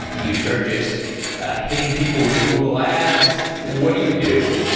do you start just hitting people with google ads? what do you do?